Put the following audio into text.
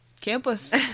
campus